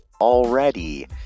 Already